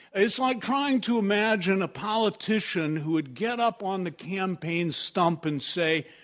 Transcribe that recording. it's like trying to imagine a politician who would get up on the campaign stump and say